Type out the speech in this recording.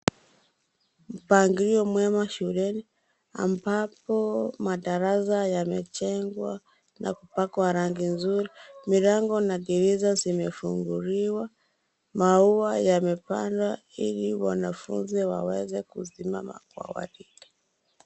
Mpangilio mwema shuleni ambapo madarasa yamejengwa na kupakwa rangi nzuri. Milango na dirisha zimefunguliwa, maua yamepandwa ili wanafunzi waweze kusimama kwa gwaredi.